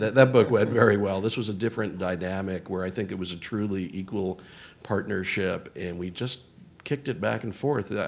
that book went very well. this was a different dynamic where i think it was a truly equal partnership. and we just kicked it back and forth. yeah